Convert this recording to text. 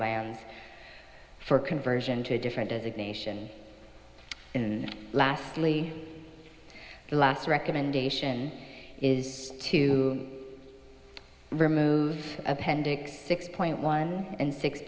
lands for conversion to a different designation in lastly the last recommendation is to remove appendix six point one and six